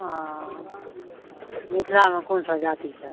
हँ मिथिलामे कोन सब जाति छै